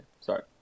Sorry